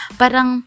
parang